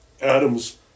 Adams